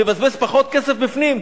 תבזבז פחות כסף בפנים,